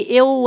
eu